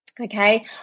okay